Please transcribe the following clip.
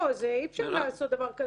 לא, אי אפשר לעשות דבר כזה.